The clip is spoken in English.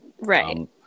right